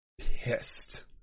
pissed